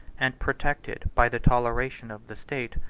and protected by the toleration of the state.